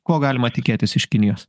ko galima tikėtis iš kinijos